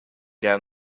down